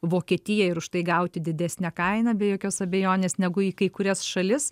vokietiją ir už tai gauti didesnę kainą be jokios abejonės negu į kai kurias šalis